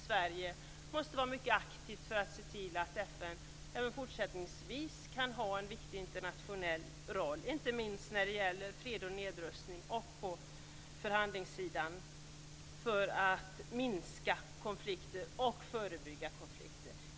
Sverige måste vara mycket aktivt för att se till att FN även fortsättningsvis kan ha en viktig internationell roll, inte minst när det gäller fred och nedrustning och förhandlingar för att minska och förebygga konflikter.